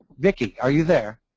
vicki are you there?